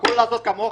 הכל לעשות כמוכם,